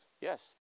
Yes